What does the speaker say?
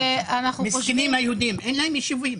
מסכנים היהודים, אין להם יישובים.